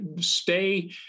stay